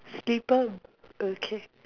slipper okay